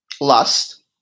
lust